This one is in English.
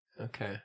Okay